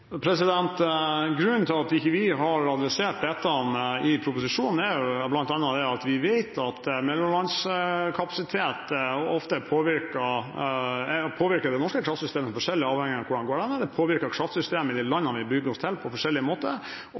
Grunnen til at vi ikke har adressert dette i proposisjonen, er bl.a. at vi vet at mellomlandskapasitet påvirker det norske kraftsystemet forskjellig avhengig av hvor de går hen, påvirker kraftsystemet i de landene vi bygger oss til på forskjellige måter, og